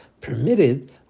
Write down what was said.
permitted